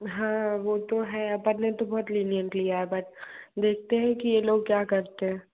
हाँ वो तो है अपन ने तो बहुत लिनिएन्ट लिया है बट देखते हैं कि ये लोग क्या करते हैं